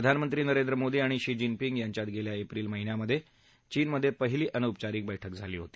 प्रधानमंत्री नरेंद्र मोदी आणि Xi Jinping यांच्यात गेल्या एप्रिल महिन्यात चीनमधे पहिली अनौपचारिक बैठक झाली होती